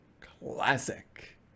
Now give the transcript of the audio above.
Classic